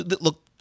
look